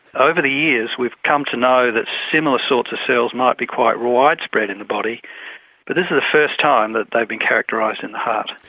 over the years we've come to know that similar sorts of cells might be quite widespread in the body but this is the first time that they've been characterised in the heart.